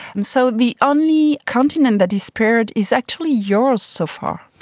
and so the only continent that is spared is actually yours so far.